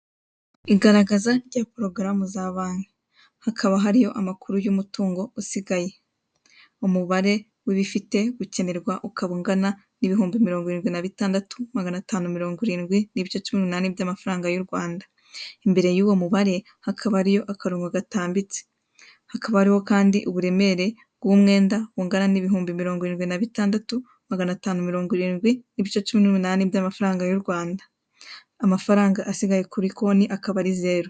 Igaragaza rya porogaramu za Banki. Hakaba hariyo amakuru y'umutungo usigaye. Umubare w'ibifite gukenerwa ukaba ungana n'ibihumbi mirongo irindwi na bitandatu magana atanu mirongo irindwi n'ibice cumi n'umunani by'amafaranga y'u Rwanda. Imbere y'uwo mubare hakaba hariyo akarongo gatambitse. Hakaba hariho kandi uburemere bw'umwenda, bungana n'ibihumbi mirongo irindwi na bitandatu, magana atanu mirongo irindwi n'ibice cumi n'umunani by'amafaranga y'u Rwanda. Amafaranga asigaye kuri konti akaba ari zeru.